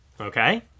Okay